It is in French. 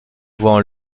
voient